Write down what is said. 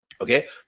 okay